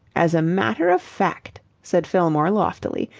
as a matter of fact, said fillmore loftily,